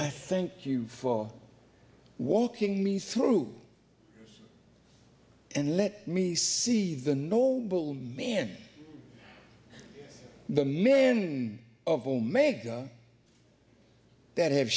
i think you for walking me through and let me see the nor will man the men of omega that have